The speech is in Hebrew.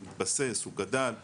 הוא התבסס, הוא גדל וכו'.